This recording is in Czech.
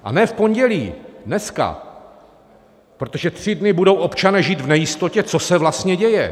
A ne v pondělí, dneska, protože tři dny budou občané žít v nejistotě, co se vlastně děje.